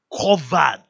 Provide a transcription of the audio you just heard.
covered